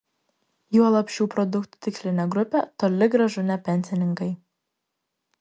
juolab šių produktų tikslinė grupė toli gražu ne pensininkai